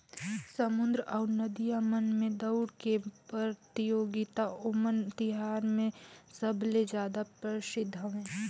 समुद्दर अउ नदिया मन में दउड़ के परतियोगिता ओनम तिहार मे सबले जादा परसिद्ध हवे